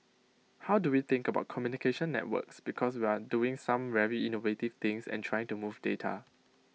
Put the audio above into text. how do we think about communication networks because we are doing some very innovative things and trying to move data